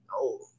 No